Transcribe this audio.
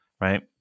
right